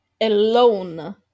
alone